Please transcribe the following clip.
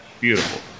beautiful